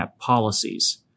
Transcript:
policies